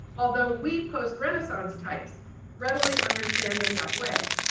although we post-renaissance types readily understand them that way,